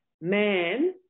man